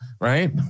right